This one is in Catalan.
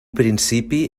principi